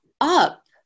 up